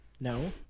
no